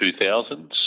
2000s